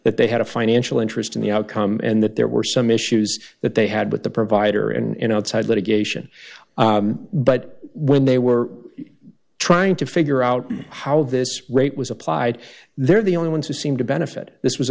that they had a financial interest in the outcome and that there were some issues that they had with the provider and outside litigation but when they were trying to figure out how this rate was applied they're the only ones who seem to benefit this was